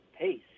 pace